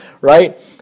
right